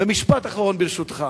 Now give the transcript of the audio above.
ומשפט אחרון, ברשותך: